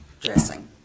dressing